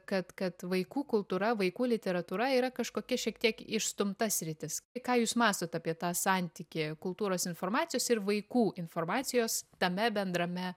kad kad vaikų kultūra vaikų literatūra yra kažkokia šiek tiek išstumta sritis ką jūs mąstot apie tą santykį kultūros informacijos ir vaikų informacijos tame bendrame